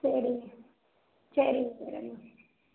சரிங்க சரிங்க